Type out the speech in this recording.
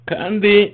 Kandi